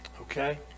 okay